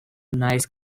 nice